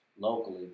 Locally